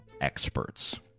experts